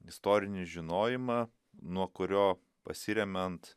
istorinį žinojimą nuo kurio pasiremiant